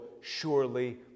surely